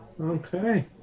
Okay